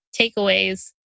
takeaways